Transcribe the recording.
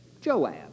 Joab